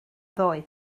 ddoe